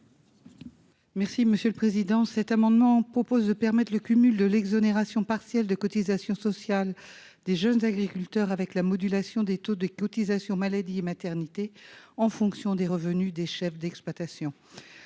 Mme Chantal Deseyne. Cet amendement vise à permettre le cumul de l'exonération partielle de cotisations sociales des jeunes agriculteurs avec la modulation des taux des cotisations maladie et maternité en fonction des revenus des chefs d'exploitation.